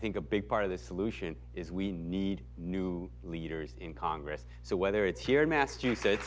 think a big part of the solution is we need new leaders in congress so whether it's here in massachusetts